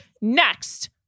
Next